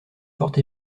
forte